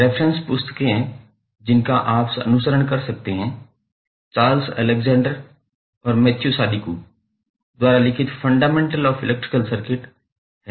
reference पुस्तकें जिनका आप अनुसरण कर सकते हैं चार्ल्स अलेक्जेंडर और मैथ्यू सादिकु द्वारा लिखित फंडामेंटल ऑफ इलेक्ट्रिक सर्किट हैं